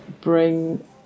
bring